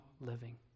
living